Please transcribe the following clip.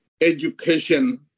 education